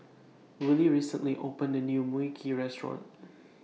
Willy recently opened A New Mui Kee Restaurant